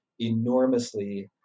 enormously